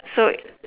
so